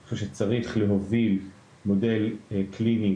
אני חושב שצריך להוביל מודל קליני,